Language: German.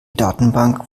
datenbank